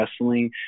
wrestling